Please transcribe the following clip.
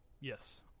Yes